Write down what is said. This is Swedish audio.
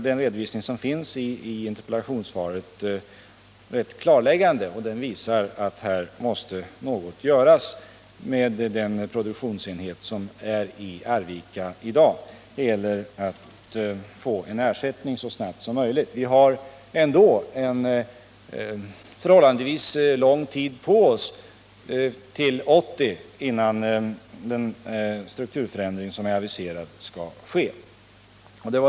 Den redovisning som finns i interpellationssvaret är i det avseendet rätt klarläggande, och den visar att något måste göras åt den produktionsenhet som finns i Arvika i dag. Det gäller då att få en ersättning så 24 snart som möjligt, men vi har trots allt förhållandevis lång tid på oss fram till 1980 då den strukturförändring som är aviserad skall genomföras.